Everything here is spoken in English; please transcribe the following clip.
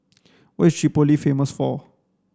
what is Tripoli famous for